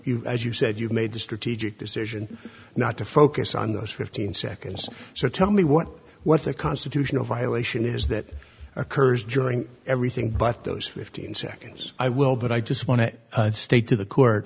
you as you said you made the strategic decision not to focus on those fifteen seconds so tell me what what the constitutional violation is that occurs during everything but those fifteen seconds i will but i just want to state to the court